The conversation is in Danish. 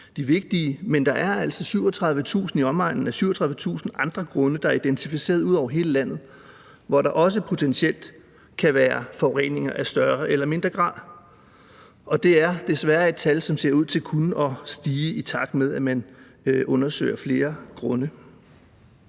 de vigtige: Der er altså i omegnen af 37.000 andre grunde, der er identificeret ud over hele landet, hvor der også potentielt kan være forureninger af større eller mindre grad. Og det er desværre et tal, som ser ud til kun at stige, i takt med at man undersøger flere grunde.